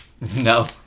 No